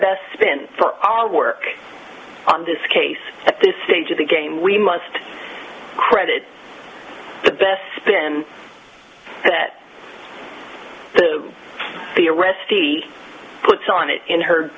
best spin for all work on this case at this stage of the game we must credit the best spin that the arrest he puts on it in her